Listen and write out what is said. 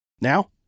Now